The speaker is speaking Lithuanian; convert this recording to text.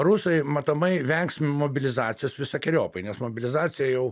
rusai matomai vengs mobilizacijos visokeriopai nes mobilizacija jau